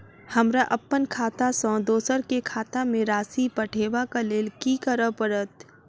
हमरा अप्पन खाता सँ दोसर केँ खाता मे राशि पठेवाक लेल की करऽ पड़त?